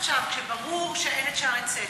עכשיו, כשברור שאין את "שערי צדק",